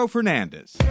Fernandez